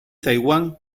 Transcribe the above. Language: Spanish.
taiwán